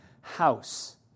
house